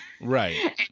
Right